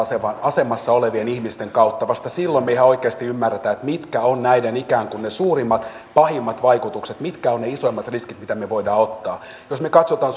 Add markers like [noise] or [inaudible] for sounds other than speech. asemassa olevien ihmisten kautta vasta silloin me ihan oikeasti ymmärrämme mitkä ovat näiden ikään kuin ne suurimmat pahimmat vaikutukset mitkä ovat ne isoimmat riskit mitä me voimme ottaa jos me katsomme [unintelligible]